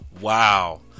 wow